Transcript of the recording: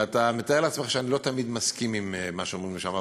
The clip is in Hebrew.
ואתה מתאר לעצמך שאני לא תמיד מסכים עם מה שאומרים לי שם.